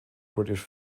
british